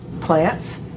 plants